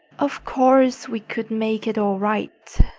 of course we could make it all right,